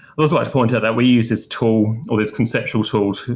i'd also like to point out that we use this tool, or this conceptual tool,